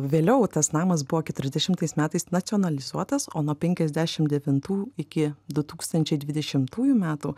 vėliau tas namas buvo keturiasdešimtais metais nacionalizuotas o nuo penkiasdešim devintų iki du tūkstančiai dvidešimtųjų metų